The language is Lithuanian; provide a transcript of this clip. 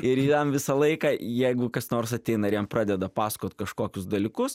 ir jam visą laiką jeigu kas nors ateina ir jam pradeda pasakot kažkokius dalykus